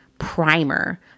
primer